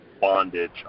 bondage